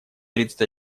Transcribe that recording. тридцать